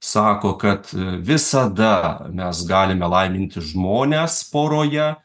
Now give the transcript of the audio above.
sako kad visada mes galime laiminti žmones poroje